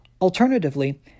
Alternatively